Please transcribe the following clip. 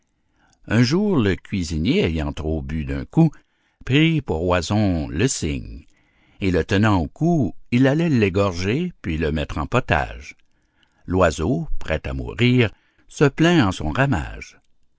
un jour le cuisinier ayant trop bu d'un coup prit pour oison le cygne et le tenant au cou il allait l'égorger puis le mettre en potage l'oiseau prêt à mourir se plaint en son ramage